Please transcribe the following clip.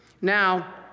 Now